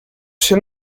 się